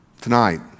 Tonight